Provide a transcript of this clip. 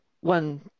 one